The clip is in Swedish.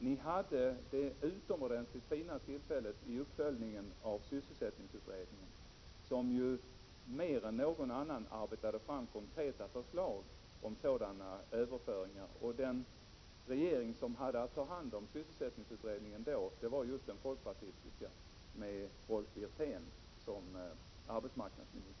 Ni hade ett utomordentligt tillfälle till det i samband med uppföljningen av sysselsättningsutredningen, som ju mer än någon annan utredning arbetade fram konkreta förslag till sådana överföringar. Den regering som då hade att ta hand om sysselsättningsutredningen var just den folkpartistiska regeringen med Rolf Wirtén som arbetsmarknadsminister.